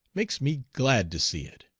makes me glad to see it.